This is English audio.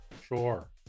sure